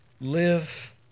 live